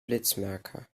blitzmerker